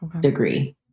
degree